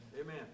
Amen